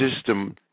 system